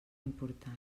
important